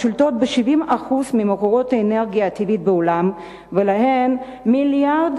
השולטות ב-70% ממקורות האנרגיה הטבעית בעולם ולהן 1.3 מיליארד